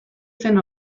zen